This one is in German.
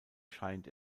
scheint